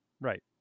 right